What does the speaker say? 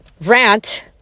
rant